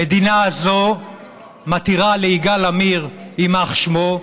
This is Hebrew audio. המדינה הזאת מתירה ליגאל עמיר, יימח שמו,